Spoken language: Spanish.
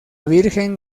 virgen